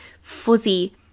fuzzy